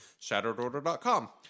ShatteredOrder.com